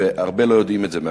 הרבה לא יודעים את זה,